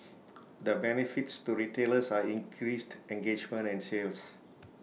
the benefits to retailers are increased engagement and sales